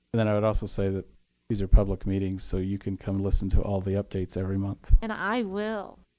then i would also say that these are public meetings, so you can come listen to all the updates every month. and i will.